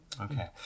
Okay